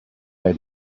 had